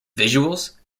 visuals